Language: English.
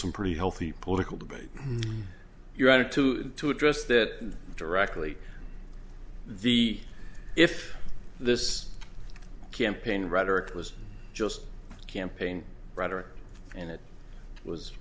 some pretty healthy political debate your attitude to address that directly the if this campaign rhetoric was just campaign rhetoric and it was